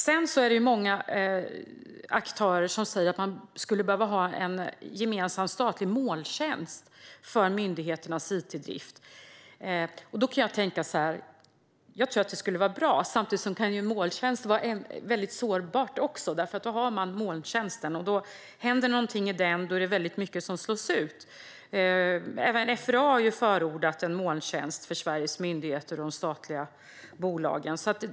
Det är många aktörer som säger att man skulle behöva ha en gemensam, statlig molntjänst för myndigheternas it-drift. Då kan jag tänka så här: Jag tror att det skulle vara bra, men samtidigt kan ju molntjänster vara väldigt sårbara - händer något i molntjänsten är det mycket som slås ut. Även FRA har ju förordat en molntjänst för Sveriges myndigheter och de statliga bolagen.